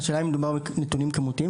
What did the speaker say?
האם מדובר בנתונים כמותיים?